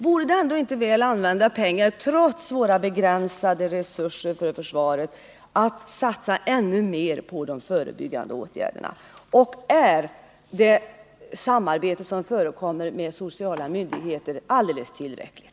Vore «det ändå inte väl använda pengar, trots våra begränsade resurser för försvaret, att satsa ännu mer på de förebyggande åtgärderna? Och är det samarbefesom förekommer med sociala myndigheter alldeles tillräckligt?